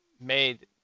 made